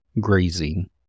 grazing